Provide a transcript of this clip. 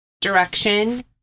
direction